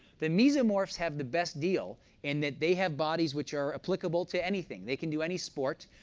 the mesomorphs have the best deal in that they have bodies which are applicable to anything. they can do any sport,